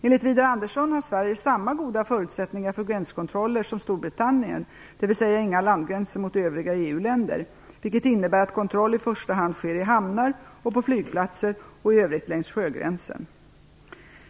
Enligt Widar Andersson har Sverige samma goda förutsättningar för gränskontroller som Storbritannien, dvs. inga landgränser mot övriga EU-länder, vilket innebär att kontroll i första hand sker i hamnar och på flygplatser och i övrigt längs sjögränsen.